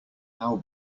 how